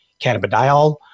cannabidiol